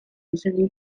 recently